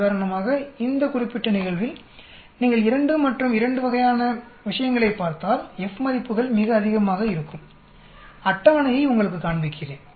உதாரணமாக இந்த குறிப்பிட்ட நிகழ்வில்நீங்கள் 2 மற்றும் 2 வகையான விஷயங்களைப் பார்த்தால் F மதிப்புகள் மிக அதிகமாக இருக்கும் அட்டவணையை உங்களுக்குக் காண்பிக்கிறேன்